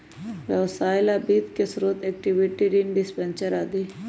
व्यवसाय ला वित्त के स्रोत इक्विटी, ऋण, डिबेंचर आदि हई